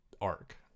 arc